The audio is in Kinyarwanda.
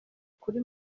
kuri